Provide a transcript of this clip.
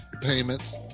payments